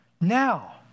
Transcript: now